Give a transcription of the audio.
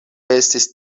estis